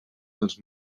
dels